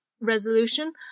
resolution